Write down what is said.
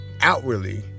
outwardly